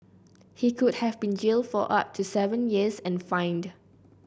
he could have been jailed for up to seven years and fined